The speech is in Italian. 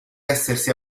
essersi